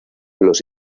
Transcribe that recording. los